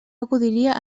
acudiria